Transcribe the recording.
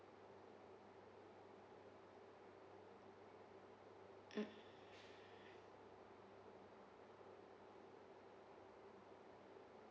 mm